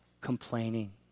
complaining